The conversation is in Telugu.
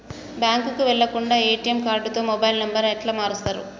బ్యాంకుకి వెళ్లకుండా ఎ.టి.ఎమ్ కార్డుతో మొబైల్ నంబర్ ఎట్ల మారుస్తరు?